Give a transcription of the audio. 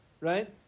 Right